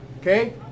Okay